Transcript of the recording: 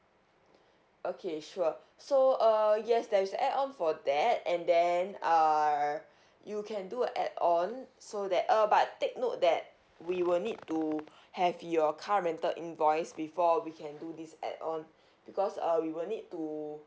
okay sure so uh yes there's add on for that and then err you can do add on so that uh but take note that we will need to have your car rental invoice before we can do this add on because uh we will need to